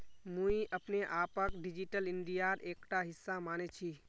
मुई अपने आपक डिजिटल इंडियार एकटा हिस्सा माने छि